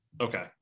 Okay